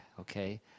okay